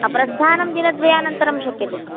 प्रस्थानं दिनद्वयानान्तरं शक्यते